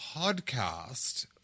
Podcast